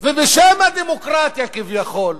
ובשם הדמוקרטיה כביכול,